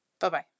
Bye-bye